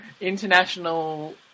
International